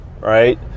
Right